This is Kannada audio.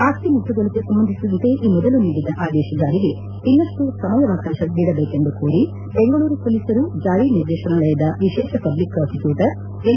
ಆಸ್ತಿ ಮುಟ್ಟುಗೋಲಿಗೆ ಸಂಬಂಧಿಸಿದಂತೆ ಈ ಮೊದಲು ನೀಡಿದ ಆದೇತ ಜಾರಿಗೆ ಇನ್ನಷ್ಟು ಸಮಯಾವಕಾಶ ನೀಡಬೇಕೆಂದು ಕೋರಿ ಬೆಂಗಳೂರು ಪೊಲೀಸರು ಜಾರಿ ನಿರ್ದೇಶನಾಲಯದ ವಿಶೇಷ ಪಬ್ಲಿಕ್ ಪ್ರಾಸಿಕ್ಟೂಟರ್ ಎನ್